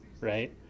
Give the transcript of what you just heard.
right